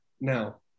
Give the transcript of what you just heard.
now